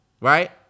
right